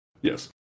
Yes